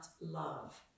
love